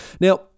Now